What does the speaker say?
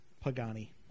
Pagani